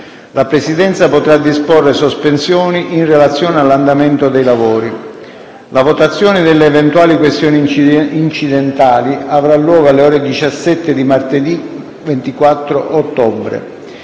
La Presidenza potrà disporre sospensioni in relazione all'andamento dei lavori. La votazione delle eventuali questioni incidentali avrà luogo alle ore 17 di martedì 24 ottobre.